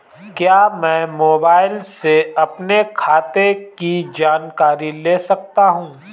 क्या मैं मोबाइल से अपने खाते की जानकारी ले सकता हूँ?